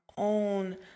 own